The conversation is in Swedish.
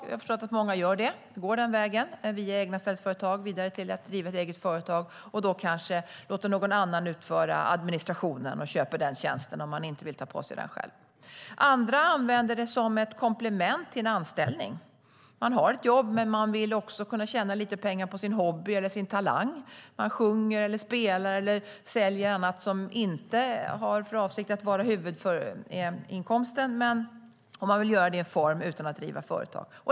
Jag har förstått att många gör det, att de går vägen via egenanställningsföretag till att driva eget företag och då kanske låter någon annan utföra administrationen. De köper den tjänsten om de inte vill ta på sig den själva. Andra använder det som ett komplement till en anställning. Man har ett jobb, men man vill också kunna tjäna lite pengar på sin hobby eller sin talang. Man sjunger eller spelar eller säljer annat som man inte har för avsikt att göra till huvudinkomst, och man vill göra det utan att driva företag.